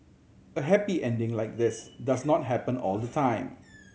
a happy ending like this does not happen all the time